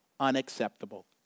Unacceptable